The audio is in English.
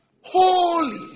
holy